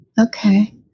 Okay